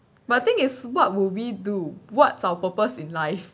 but the thing is what would we do what's our purpose in life